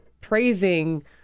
praising